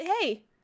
hey